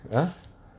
!huh!